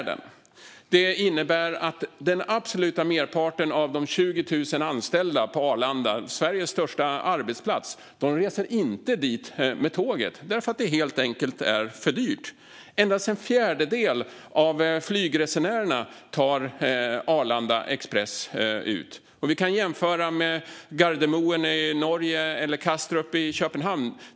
Detta innebär att den absoluta merparten av de 20 000 anställda på Arlanda, Sveriges största arbetsplats, inte reser dit med tåget därför att det helt enkelt är för dyrt. Endast en fjärdedel av flygresenärerna tar Arlanda Express ut. Vi kan jämföra med Gardermoen i Norge eller Kastrup i Danmark.